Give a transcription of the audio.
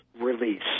release